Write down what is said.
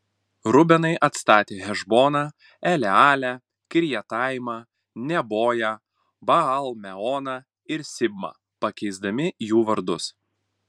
rubenai atstatė hešboną elealę kirjataimą neboją baal meoną ir sibmą pakeisdami jų vardus